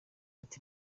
ati